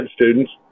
students